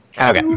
Okay